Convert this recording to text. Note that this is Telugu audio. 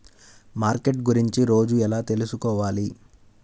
మార్కెట్ గురించి రోజు ఎలా తెలుసుకోవాలి?